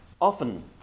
often